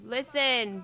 Listen